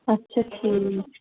اچھا ٹھیٖک